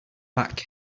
pack